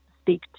speak